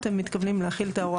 את אומרת שבעל ההיתר לייבוא,